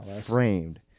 framed